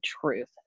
truth